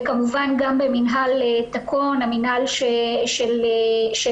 וכמובן גם במינהל תקון, המינהל שלנו.